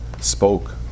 spoke